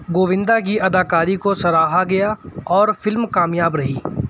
گووندا کی اداکاری کو سراہا گیا اور فلم کامیاب رہی